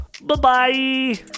Bye-bye